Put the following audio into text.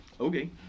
Okay